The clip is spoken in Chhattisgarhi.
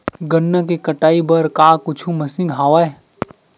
गन्ना के कटाई बर का कुछु मशीन हवय?